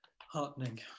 heartening